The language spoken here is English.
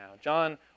John